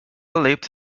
leapt